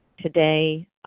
Today